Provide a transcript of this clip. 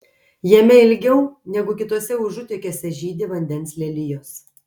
jame ilgiau negu kituose užutėkiuose žydi vandens lelijos